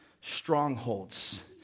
strongholds